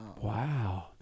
Wow